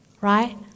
Right